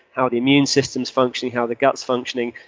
how the immune system's functioning, how the gut's functioning.